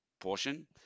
portion